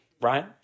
right